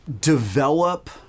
develop